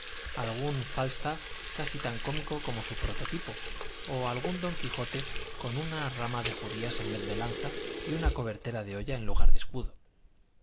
algún fálstaff casi tan cómico como su prototipo o algún don quijote con una rama de judías en vez de lanza y una cobertera de olla en lugar de escudo